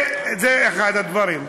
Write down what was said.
זה אחד הדברים.